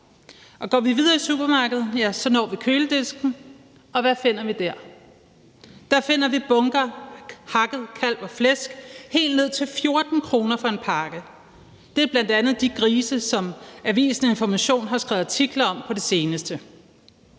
Går vi videre i supermarkedet, ja, så når vi køledisken. Hvad finder vi der? Der finder vi bunker af hakket kalv og flæsk, helt ned til 14 kr. for en pakke. Det er bl.a. de grise, som avisen Information har skrevet artikler om på det seneste.